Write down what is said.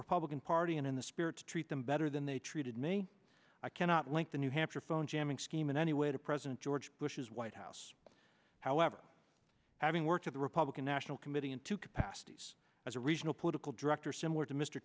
republican party and in the spirit to treat them better than they treated me i cannot link the new hampshire phone jamming scheme in any way to president george bush's white house however having worked with the republican national committee in two capacities as a regional political director similar to mr